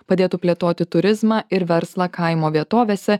padėtų plėtoti turizmą ir verslą kaimo vietovėse